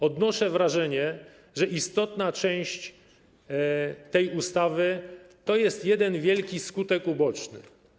Odnoszę wrażenie, że istotna część tej ustawy to jest jeden wielki skutek uboczny.